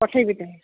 ପଠାଇବି ତ